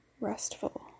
restful